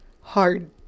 Hard